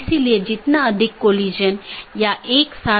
एक अन्य अवधारणा है जिसे BGP कंफेडेरशन कहा जाता है